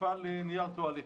מפעל לנייר טואלט,